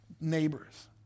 neighbors